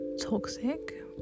toxic